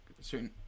certain